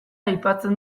aipatzen